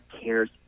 cares